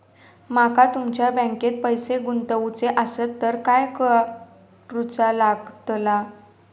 माका तुमच्या बँकेत पैसे गुंतवूचे आसत तर काय कारुचा लगतला?